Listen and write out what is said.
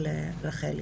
רז.